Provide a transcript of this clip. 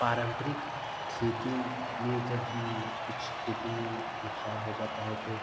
पारंपरिक खेती में जब हम कुछ खेती में नुकसान हो जाता है तो